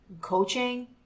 coaching